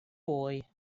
boy